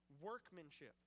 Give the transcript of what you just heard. workmanship